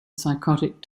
psychotic